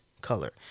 color